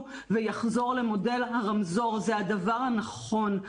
ויחזור למודל הרמזור זה הדבר הנכון.